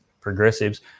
progressives